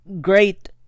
great